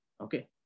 Okay